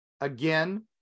again